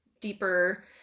deeper